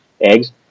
eggs